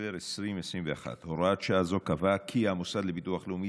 בדצמבר 2021. הוראת שעה זו קבעה כי המוסד לביטוח לאומי